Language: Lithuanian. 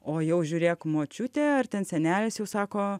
o jau žiūrėk močiutė ar ten senelis jau sako